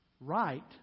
right